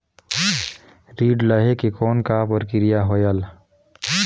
ऋण लहे के कौन का प्रक्रिया होयल?